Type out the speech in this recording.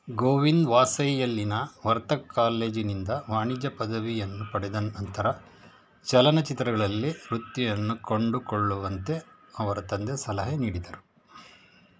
ಗೋವಿಂದ್ ವಾಸೈಯಲ್ಲಿನ ವರ್ತಕ್ ಕಾಲೇಜಿನಿಂದ ವಾಣಿಜ್ಯ ಪದವಿಯನ್ನು ಪಡೆದ ನಂತರ ಚಲನಚಿತ್ರಗಳಲ್ಲಿ ವೃತ್ತಿಯನ್ನು ಕಂಡುಕೊಳ್ಳುವಂತೆ ಅವರ ತಂದೆ ಸಲಹೆ ನೀಡಿದರು